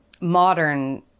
modern